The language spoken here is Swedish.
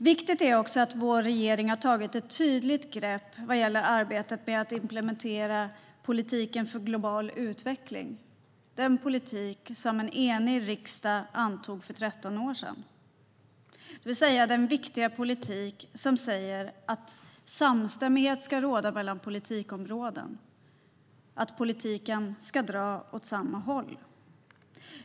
Viktigt är också att vår regering har tagit ett tydligt grepp vad gäller arbetet med att implementera politiken för global utveckling, den politik som en enig riksdag antog för 13 år sedan. Det gäller alltså den politik som säger att samstämmighet ska råda mellan politikområden och att politiken ska dra åt samma håll.